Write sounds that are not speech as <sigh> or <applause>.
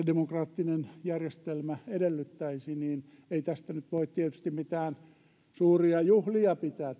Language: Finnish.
demokraattinen järjestelmä periaatteessa edellyttäisi niin ei tämän saamisesta nyt voi tietysti mitään suuria juhlia pitää <unintelligible>